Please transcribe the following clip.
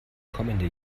kommende